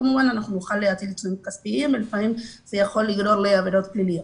כמובן נוכל להטיל עיצומים כספיים וזה יכול לגרום לעבירות פליליות.